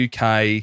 UK